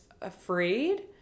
afraid